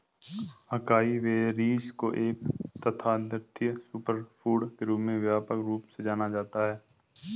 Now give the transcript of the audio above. acai berries को एक तथाकथित सुपरफूड के रूप में व्यापक रूप से जाना जाता है